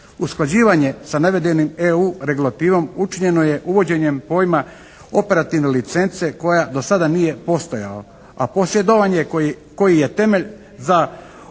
Usklađivanje sa navedenim EU regulativom učinjeno je uvođenjem pojma operativne licence koja do sada nije postojala a posjedovanje koji je temelj za operiranje